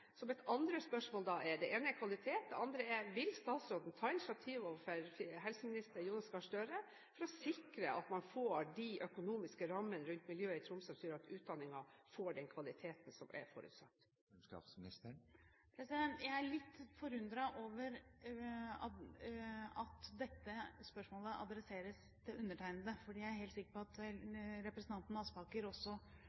Så mitt spørsmål – det ene gjelder kvalitet – og det andre er: Vil statsråden ta initiativ overfor helseminister Jonas Gahr Støre for å sikre at man får de økonomiske rammene rundt miljøet i Tromsø som gjør at utdanningen får den kvaliteten som er forutsatt? Jeg er litt forundret over at dette spørsmålet adresseres til undertegnede, for jeg er helt sikker på at